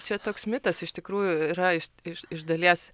čia toks mitas iš tikrųjų yra iš iš dalies